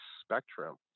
spectrum